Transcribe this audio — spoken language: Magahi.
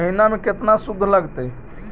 महिना में केतना शुद्ध लगतै?